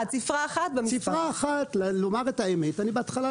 ספרה אחת במספר הסניף.